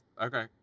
Okay